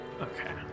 Okay